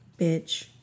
Bitch